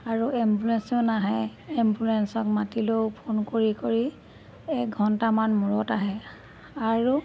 আৰু এম্বুলেঞ্চো নাহে এম্বুলেঞ্চক মাতিলেও ফোন কৰি কৰি এক ঘণ্টামান মূৰত আহে আৰু